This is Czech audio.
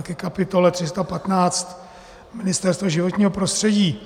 Ke kapitole 315 Ministerstvo životního prostředí.